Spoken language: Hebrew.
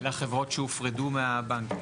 לחברות שהופרדו מהבנקים?